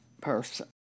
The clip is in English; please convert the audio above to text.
person